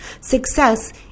Success